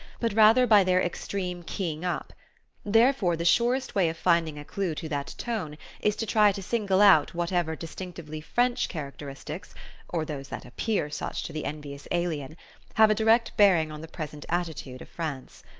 but rather by their extreme keying up therefore the surest way of finding a clue to that tone is to try to single out whatever distinctively french characteristics or those that appear such to the envious alien have a direct bearing on the present attitude of france.